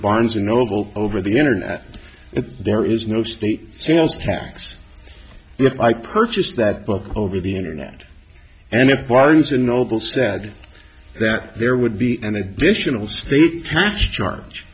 barnes and noble over the internet there is no state sales tax that i purchased that book over the internet and at barnes and noble said that there would be an additional state tax charge